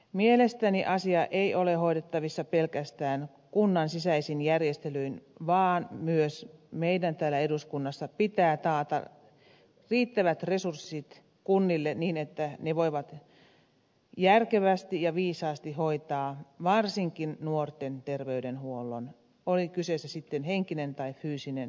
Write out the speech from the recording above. mielestäni asia ei ole hoidettavissa pelkästään kunnan sisäisin järjestelyin vaan myös meidän täällä eduskunnassa pitää taata riittävät resurssit kunnille niin että ne voivat järkevästi ja viisaasti hoitaa varsinkin nuorten terveydenhuollon oli kyseessä sitten henkinen tai fyysinen hyvinvointi